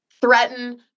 threaten